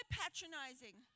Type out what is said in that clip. patronizing